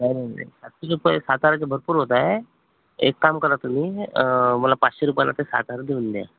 नाही नाही सातशे रुपये सात हाराचे भरपूर होत आहे एक काम करा तुम्ही मला पाचशे रुपयाला ते सात हार देऊन द्या